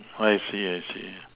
I see I see